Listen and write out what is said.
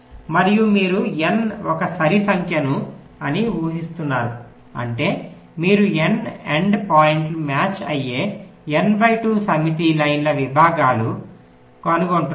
మరియు మీరు N ఒక సరి సంఖ్య అని ఊహిస్తున్నారు అంటే మీరు N ఎండ్ పాయింట్కు మ్యాచ్ అయ్యే N 2 సమితి లైన్ విభాగాలుset of N 2 line segments కనుగొంటున్నారు